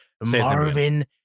Marvin